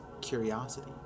curiosity